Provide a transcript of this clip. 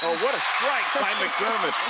what a strike by mcdermott.